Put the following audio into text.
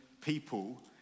people